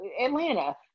Atlanta